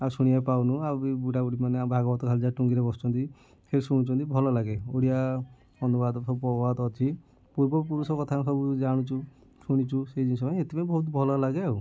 ଆଉ ଶୁଣିବାକୁ ପାଉନୁ ଆଉ ବି ବୁଢ଼ାବୁଢ଼ୀମାନେ ଆଉ ଭାଗବତ ଯାହା ଟୁଙ୍ଗୀରେ ଯାହା ବସୁଛନ୍ତି ହେଟି ଶୁଣୁଛନ୍ତି ଭଲଲାଗେ ଓଡ଼ିଆ ଅନୁବାଦ ଉପବାଦ ଅଛି ପୂର୍ବପୁରୁଷ କଥା ସବୁ ଜାଣୁଛୁ ଶୁଣୁଛୁ ସେଇ ଜିନିଷ ପାଇଁ ଏଥିପାଇଁ ବହୁତ ଭଲ ଲାଗେ ଆଉ